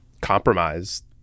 compromised